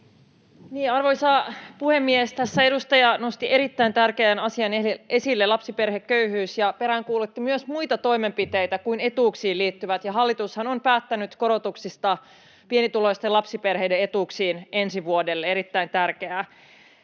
Arvoisa puhemies! Tässä edustaja nosti esille erittäin tärkeän asian — lapsiperheköyhyyden — ja peräänkuulutti myös muita toimenpiteitä kuin etuuksiin liittyviä. Hallitushan on päättänyt korotuksista pienituloisten lapsiperheiden etuuksiin ensi vuodelle — erittäin tärkeää.